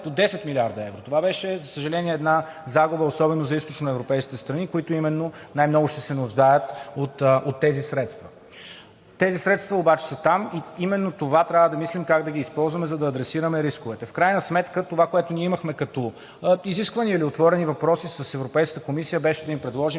до 10 млрд. евро. Това беше, за съжаление, една загуба особено за източноевропейските страни, които именно най-много ще се нуждаят от тези средства. Тези средства обаче са там и именно това трябва да мислим – как да ги използваме, за да адресираме рисковете. В крайна сметка това, което ние имахме като изисквания или отворени въпроси с Европейската комисия, беше да им предложим